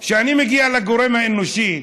כשאני מגיע לגורם האנושי,